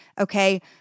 Okay